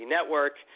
Network